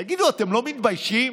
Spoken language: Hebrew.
תגידו, אתם לא מתביישים?